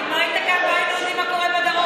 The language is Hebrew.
כי אם לא היית קיים לא היינו יודעים מה קורה בדרום.